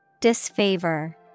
Disfavor